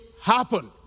happen